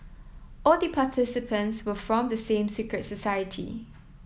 all the participants were from the same secret society